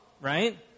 right